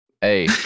Hey